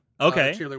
Okay